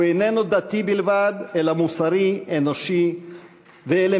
הוא איננו דתי בלבד, אלא מוסרי, אנושי ואלמנטרי.